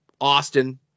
Austin